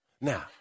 Now